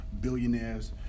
billionaires